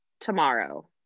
tomorrow